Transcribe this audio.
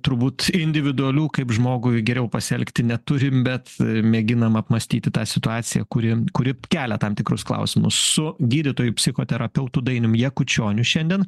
turbūt individualių kaip žmogui geriau pasielgti neturim bet mėginam apmąstyti tą situaciją kuri kuri kelia tam tikrus klausimus su gydytoju psichoterapeutu dainium jakučioniu šiandien